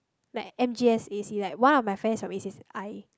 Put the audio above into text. like M_G_S A_C like one of my friends from A_C_S_I